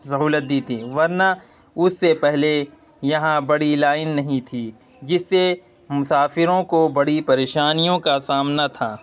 سہولت دی تھی ورنہ اس سے پہلے یہاں بڑی لائن نہیں تھی جس سے مسافروں کو بڑی پریشانیوں کا سامنا تھا